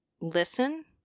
listen